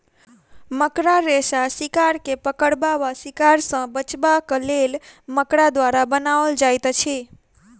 मकड़ा रेशा शिकार के पकड़बा वा शिकार सॅ बचबाक लेल मकड़ा द्वारा बनाओल जाइत अछि